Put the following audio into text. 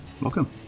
Welcome